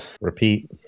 Repeat